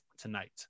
tonight